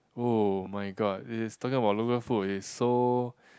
oh-my-god it is talking about local food it is so